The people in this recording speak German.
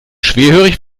schwerhörig